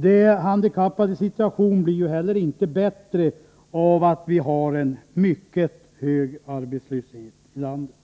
De handikappades situation blir ju inte heller bättre av att vi har en mycket hög arbetslöshet i landet.